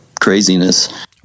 craziness